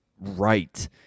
right